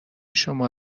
شما